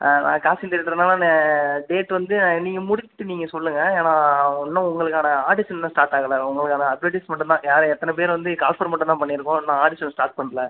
costume director நானு date வந்து நீங்கள் முடிச்சுட்டு நீங்கள் சொல்லுங்கள் ஏனால் இன்னும் உங்களுக்கான ஆடிஷன் இன்னும் ஸ்டார்ட் ஆகல உங்களுக்கான அட்வர்டைஸ்மெண்ட் மட்டும் தான் யார் எத்தனை பேர் வந்து கால்ஃபர் மட்டும் தான் பண்ணிருக்கோம் இன்னும் ஆடிஷன் ஸ்டார்ட் பண்ணல